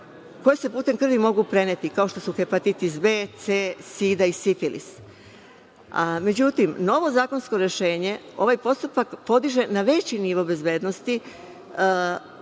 koje se putem krvi mogu preneti, kao što su hepatitis b, c, sida i sifilis.Međutim, novo zakonsko rešenje ovaj postupak podiže na veći nivo bezbednosti